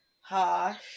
harsh